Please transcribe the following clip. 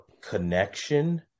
connection